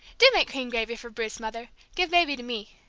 do make cream gravy for bruce, mother. give baby to me!